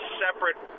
separate